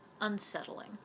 unsettling